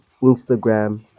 Instagram